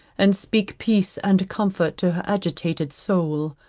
and speak peace and comfort to her agitated soul.